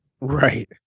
Right